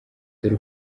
dore